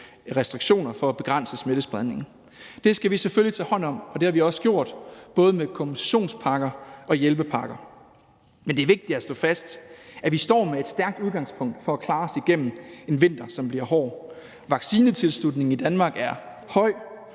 restriktioner for at begrænse smittespredningen. Det skal vi selvfølgelig tage hånd om, og det har vi også gjort både med kompensationspakker og hjælpepakker. Men det er vigtigt at slå fast, at vi står med et stærkt udgangspunkt for at klare os igennem en vinter, som bliver hård. Vaccinetilslutningen i Danmark er høj,